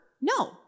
No